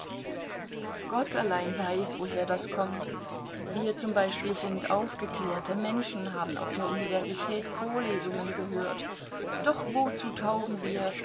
gott allein weiß woher das kommt wir zum beispiel sind aufgeklärte menschen haben auf der universität vorlesungen gehört doch wozu taugen wir